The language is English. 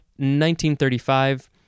1935